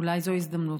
אולי זאת ההזדמנות.